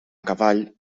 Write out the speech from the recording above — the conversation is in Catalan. cavall